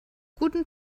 guten